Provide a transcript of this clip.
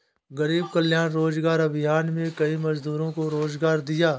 गरीब कल्याण रोजगार अभियान में कई मजदूरों को रोजगार दिया